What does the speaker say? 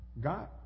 God